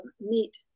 meet